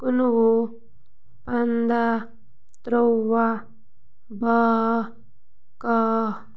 کُنہٕ وُہ پنٛداہ تُرٛواہ بَہہ کَہہ